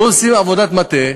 לא עושים עבודת מטה,